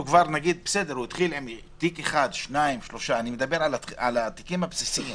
שהתחיל עם תיק אחד-שניים-שלושה אני מדבר על התיקים הבסיסיים